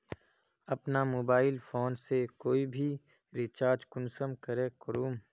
अपना mobile phone से कोई भी रिचार्ज कुंसम करे करूम?